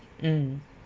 mm